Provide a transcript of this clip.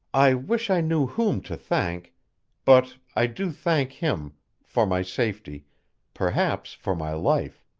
i wish i knew whom to thank but i do thank him for my safety perhaps for my life.